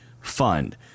fund